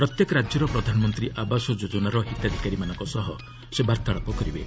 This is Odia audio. ପ୍ରତ୍ୟେକ ରାଜ୍ୟର ପ୍ରଧାନମନ୍ତ୍ରୀ ଆବାସ ଯୋଜନାର ହିତାଧିକାରୀମାନଙ୍କ ସହ ସେ ବାର୍ତ୍ତାଳାପ କରିବେ